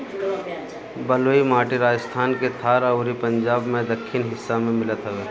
बलुई माटी राजस्थान के थार अउरी पंजाब के दक्खिन हिस्सा में मिलत हवे